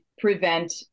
prevent